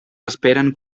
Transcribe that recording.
esperen